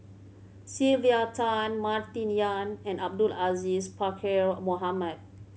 Sylvia Tan Martin Yan and Abdul Aziz Pakkeer Mohamed